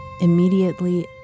Immediately